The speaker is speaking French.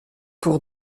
pour